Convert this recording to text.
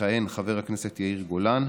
יכהן חבר הכנסת יאיר גולן.